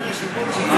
אדוני היושב-ראש,